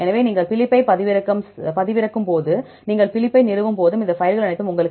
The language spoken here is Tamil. எனவே நீங்கள் பிலிப்பைப் பதிவிறக்கும் போது நீங்கள் பிலிப்பை நிறுவும் போது இந்த பைல்கள் அனைத்தும் உங்களுக்குக் கிடைக்கும்